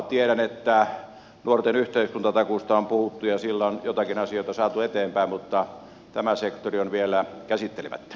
tiedän että nuorten yhteiskuntatakuusta on puhuttu ja sillä on joitakin asioita saatu eteenpäin mutta tämä sektori on vielä käsittelemättä